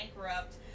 bankrupt